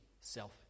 self